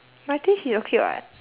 my taste is okay [what]